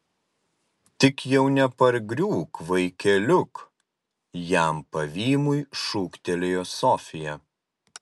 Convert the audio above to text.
tik jau nepargriūk vaikeliuk jam pavymui šūktelėjo sofija